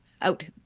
out